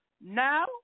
now